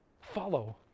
follow